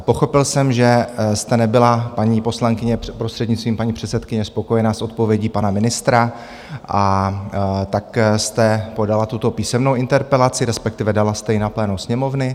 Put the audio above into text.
Pochopil jsem, že jste nebyla, paní poslankyně, prostřednictvím paní předsedkyně, spokojená s odpovědí pana ministra, a tak jste podala tuto písemnou interpelaci, respektive dala jste na plénum Sněmovny.